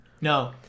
No